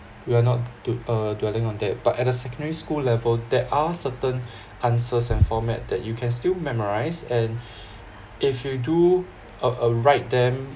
we are not do~ uh dwelling on that but at a secondary school level there are certain answers and format that you can still memorise and if you do a a write them